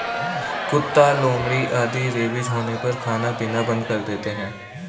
कुत्ता, लोमड़ी आदि रेबीज होने पर खाना पीना बंद कर देते हैं